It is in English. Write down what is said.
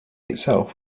itself